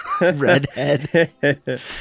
redhead